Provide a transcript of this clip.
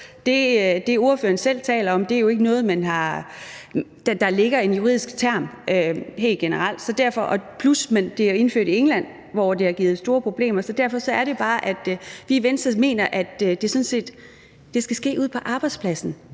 Det, spørgeren taler om, er jo ikke noget, der ligger i en juridisk term helt generelt, plus at det er indført i England, hvor det har givet store problemer. Så derfor er det bare, at vi i Venstre mener, at det skal ske ude på arbejdspladsen